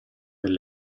del